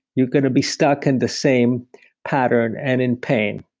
you're going to be stuck in the same pattern and in pain.